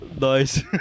Nice